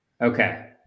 Okay